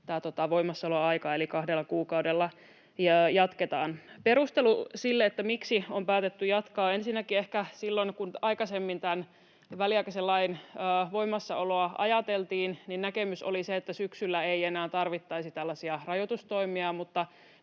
on aika lyhyt, eli kahdella kuukaudella jatketaan. Perustelu sille, miksi on päätetty jatkaa: Ensinnäkin ehkä silloin kun aikaisemmin tämän väliaikaisen lain voimassaoloa ajateltiin, näkemys oli se, että syksyllä ei enää tarvittaisi tällaisia rajoitustoimia,